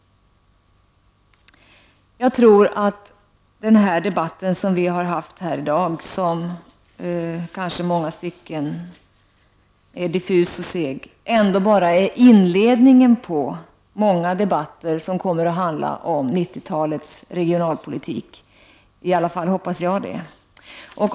Jag tror att den debatt vi har haft i dag, som kanske i många stycken är diffus och seg, ändå bara är inledningen på många debatter som kommer att handla om 90-talets regionalpolitik. I alla fall hoppas jag att så är fallet.